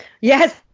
Yes